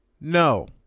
no